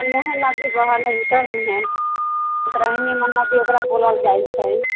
कोन मुँहे नदी बहल हय उत्तर मुँहे उत्तराइन नदी ओकरा बोलल जाइत छै